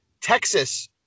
texas